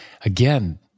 again